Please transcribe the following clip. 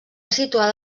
situada